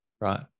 right